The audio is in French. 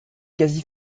quasi